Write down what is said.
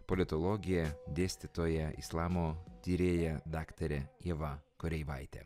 politologė dėstytoja islamo tyrėja daktarė ieva koreivaitė